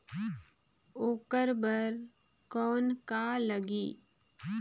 ओकर बर कौन का लगी?